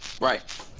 right